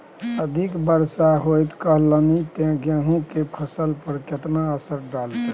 अधिक वर्षा होयत रहलनि ते गेहूँ के फसल पर केतना असर डालतै?